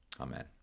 amen